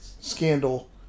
Scandal